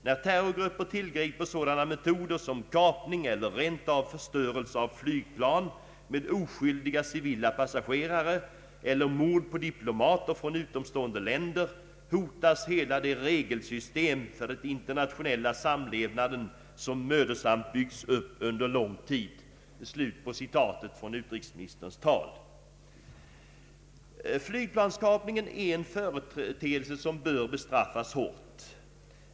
När terrorgrupper tillgriper sådana metoder som kapning eller rent av förstörelse av flygplan med oskyldiga civila passagerare, eller mord på diplomater från utomstående länder, hotas hela det regelsystem för den internationella samlevnaden, som mödosamt byggts upp under lång tid.” Flygplanskapningen är en företeelse som bör bestraffas hårt.